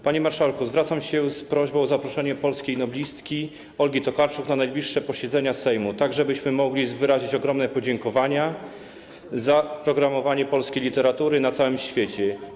Panie marszałku, zwracam się z prośbą o zaproszenie polskiej noblistki Olgi Tokarczuk na najbliższe posiedzenie Sejmu, tak żebyśmy mogli wyrazić ogromne podziękowanie za propagowanie polskiej literatury na całym świecie.